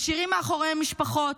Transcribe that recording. משאירים מאחוריהם משפחות,